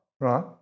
Right